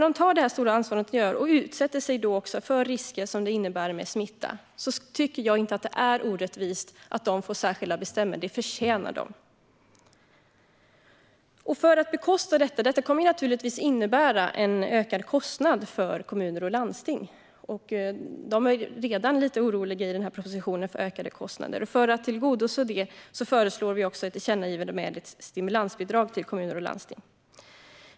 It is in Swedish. De tar det här stora ansvaret och utsätter sig då också för risk för smitta, och då tycker jag inte att det är orättvist att de får särskilda bestämmelser. Det förtjänar de. Detta kommer naturligtvis att innebära en ökad kostnad för kommuner och landsting - de är redan lite oroade för ökade kostnader i och med den här propositionen. För att tillgodose det föreslår vi också ett tillkännagivande om ett stimulansbidrag till kommuner och landsting.